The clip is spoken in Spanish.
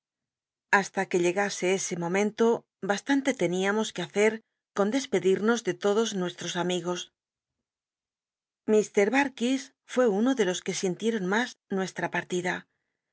hasta que llegase este momento bastan te teníamos que hacer con despedimos tic todos uuestros amigos l darkis fué uno de los que sintieron mas a que hubiese visitado nuestra partida